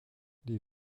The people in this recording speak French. les